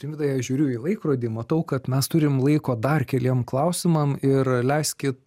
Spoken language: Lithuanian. rimvydai aš žiūriu į laikrodį matau kad mes turim laiko dar keliem klausimam ir leiskit